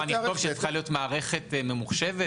אני אכתוב שצריכה להיות מערכת ממוחשבת,